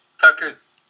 Tuckers